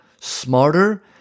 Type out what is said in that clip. smarter